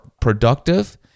productive